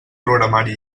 programari